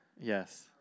Yes